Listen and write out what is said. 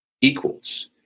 equals